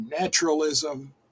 Naturalism